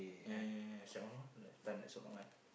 eh the time like so long one